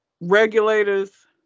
regulators